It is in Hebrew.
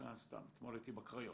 אתמול הייתי בקריות,